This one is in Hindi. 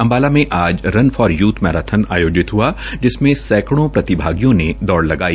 अम्बाला में आज रन फॉर यूथ मैराथन आयोजित हआ जिसमें सैंकड़ो प्रतिभागियों ने दौड लगाई